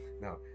Now